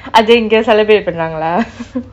அது இங்கே:athu inkei celebrate பன்னாங்களா:pannankala lah